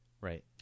Right